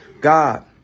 God